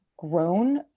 grown